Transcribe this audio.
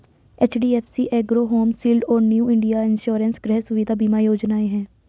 HDFC Ergo Home Shield और New India Insurance गृह सुविधा बीमा योजनाएं हैं